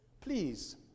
Please